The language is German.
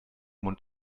maul